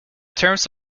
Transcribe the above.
terms